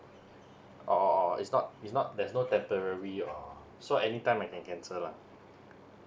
oh oh oh it's not it's no there's no temporary or so anytime I can cancel lah